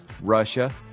Russia